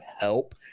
help